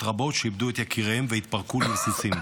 רבות שאיבדו את יקיריהן והתפרקו לרסיסים.